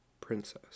Princess